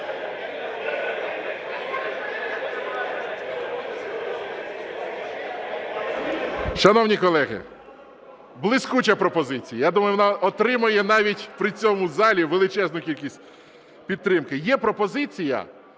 Шановні колеги, блискуча пропозиція, я думаю, вона отримає навіть при цьому залі величезну кількість підтримки. Є пропозиція,